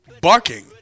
Barking